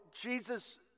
Jesus